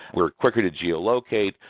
we're quicker to geo locate.